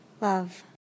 love